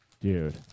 Dude